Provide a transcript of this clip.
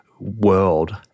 world